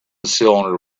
cylinder